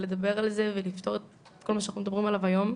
לדבר על זה ולפתור את כל מה שאנחנו מדברים עליו היום.